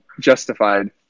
justified